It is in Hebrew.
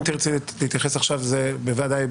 אם תרצי להתייחס עכשיו, בוודאי.